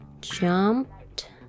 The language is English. jumped